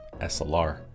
SLR